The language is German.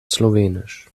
slowenisch